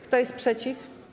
Kto jest przeciw?